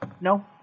No